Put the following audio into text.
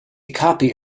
copy